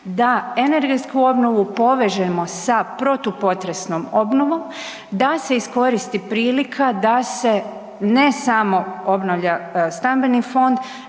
da energetsku obnovu povežemo sa protupotresnom obnovom, da se iskoristi prilika da se ne samo obnavlja stambeni fond